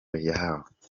yahawe